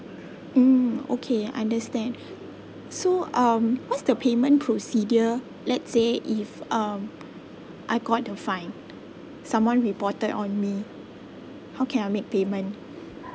mm okay understand so um what's the payment procedure let's say if um I got the fine someone reported on me how can I make payment mm